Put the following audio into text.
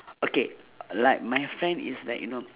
okay like my friend is like you know